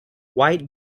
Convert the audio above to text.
white